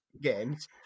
games